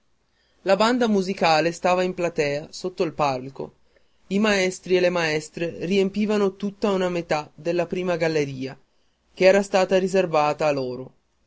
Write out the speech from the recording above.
la banda musicale stava in platea sotto il palco i maestri e le maestre riempivano tutta una metà della prima galleria che era stata riservata a loro